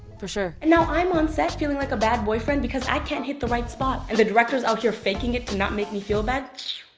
for sure. and now i'm on set feeling like a bad boyfriend because i can't hit the right spot and the director's out here faking it to not me me feel bad.